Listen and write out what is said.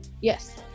yes